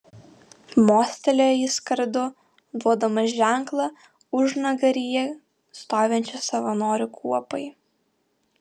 mostelėjo jis kardu duodamas ženklą užnugaryje stovinčiai savanorių kuopai